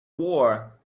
war